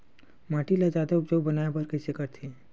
माटी ला जादा उपजाऊ बनाय बर कइसे करथे?